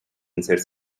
inside